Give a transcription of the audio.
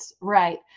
right